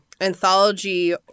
anthology